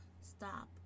stop